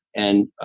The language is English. and,